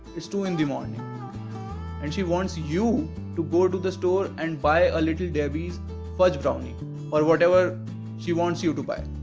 it's two in the morning and she wants you to go to the store and buy a little debbie's fudge brownie or whatever she wants you to buy.